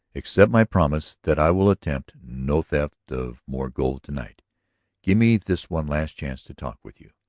accept my promise that i will attempt no theft of more gold to-night give me this one last chance to talk with you.